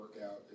workout